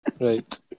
Right